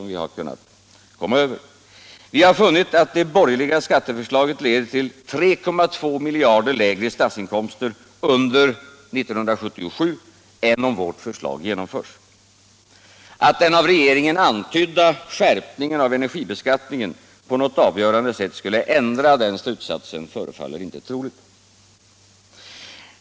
Vi har funnit att det borgerliga skatteförslaget leder till 3,2 miljarder lägre statsinkomster under 1977 än om vårt förslag genomförs. Att den av regeringen antydda skärpningen av energibeskattningen på något avgörande sätt skulle ändra den slutsatsen förefaller inte troligt.